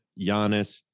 Giannis